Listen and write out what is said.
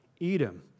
Edom